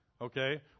okay